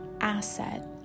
asset